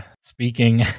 speaking